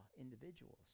individuals